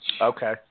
Okay